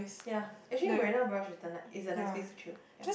ya actually Marina-Barrage is the is a nice place to chill ya